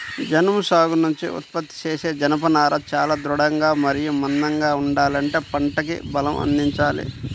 జనుము సాగు నుంచి ఉత్పత్తి చేసే జనపనార చాలా దృఢంగా మరియు మందంగా ఉండాలంటే పంటకి బలం అందాలి